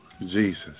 Jesus